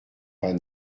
pas